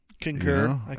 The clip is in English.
concur